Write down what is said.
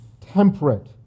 temperate